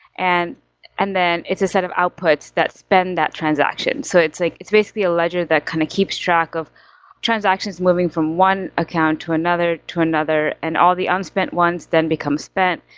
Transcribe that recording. and and then it's a set of outputs that spend that transaction. so it's like it's basically a ledger that kind of keeps track of transactions moving from one account to another, to another, and all the unspent ones then become spent,